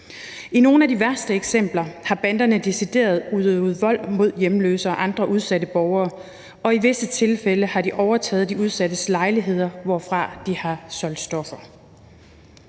I nogle af de værste eksempler har banderne decideret udøvet vold mod hjemløse og andre udsatte borgere, og i visse tilfælde har de overtaget de udsattes lejligheder, hvorfra de har solgt stoffer.